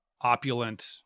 opulent